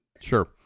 sure